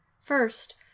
first